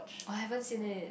oh haven't seen it